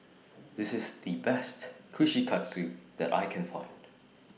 This IS The Best Kushikatsu that I Can Find